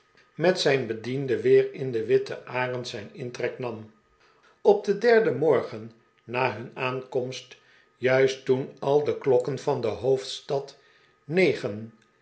met zijn bediende weer in de witte arend zijn intrek nam op den de'rden morgen na him aankomst juist toen al de klokken van de hoofdstad negen